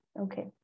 Okay